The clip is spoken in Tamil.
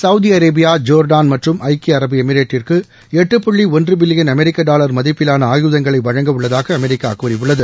சவுதி அரேபியா ஜோர்டான் மற்றும் ஐக்கிய அரபு எமிரேட்டிற்கு எட்டு புள்ளி ஒன்று பில்லியன் அமெரிக்க டாலர் மதிப்பிலான ஆயுதங்களை வழங்க உள்ளதாக அமெரிக்கா கூறியுள்ளது